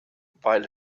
while